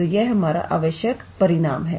तो यह हमारा आवश्यक परिणाम है